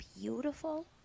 beautiful